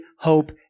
hope